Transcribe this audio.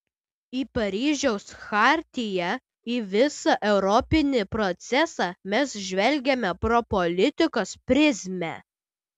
į paryžiaus chartiją į visą europinį procesą mes žvelgiame pro politikos prizmę